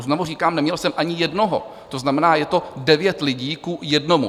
Znovu říkám, neměl jsem ani jednoho, to znamená, je to devět lidí ku jednomu.